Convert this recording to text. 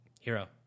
hero